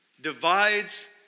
divides